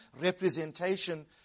representation